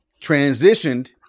Transitioned